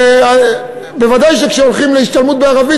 ודאי שכשהולכים להשתלמות בערבית,